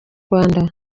rwanda